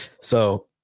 So-